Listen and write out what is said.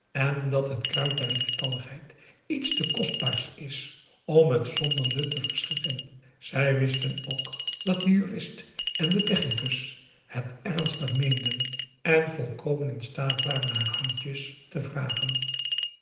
en dat het kruit der lieftalligheid iets te kostbaars is om het zonder nut te verschieten zij wisten ook dat de jurist en de technicus het ernstig meenden en volkomen in staat waren haar handjes te vragen